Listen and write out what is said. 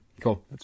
Cool